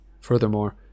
Furthermore